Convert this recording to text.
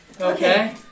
Okay